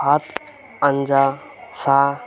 ভাত আঞ্জা চাহ